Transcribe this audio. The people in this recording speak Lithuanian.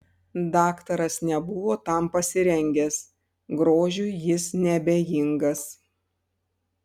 daktaras nebuvo tam pasirengęs grožiui jis neabejingas